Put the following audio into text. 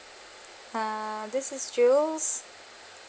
uh this is juice